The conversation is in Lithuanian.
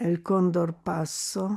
el kondor paso